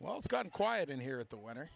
well it's gone quiet in here at the winter